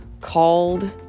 called